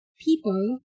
people